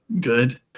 good